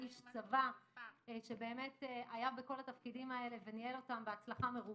איש צבא שהיה בכל התפקידים הללו וניהל אותם בהצלחה מרובה.